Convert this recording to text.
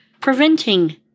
preventing